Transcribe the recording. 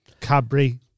Cadbury